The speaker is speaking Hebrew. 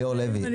ליאור לוי,